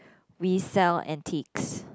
we sell antiques